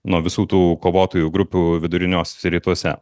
nuo visų tų kovotojų grupių viduriniuosiuose rytuose